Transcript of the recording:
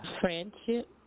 friendship